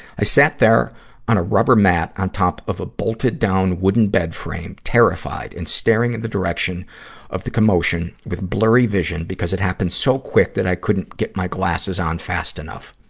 i sat there on a rubber mat on top of a bolted down wooden bed frame terrified and staring at the direction of the commotion with blurry vision because it happened so quick that i couldn't get my glasses on fast enough.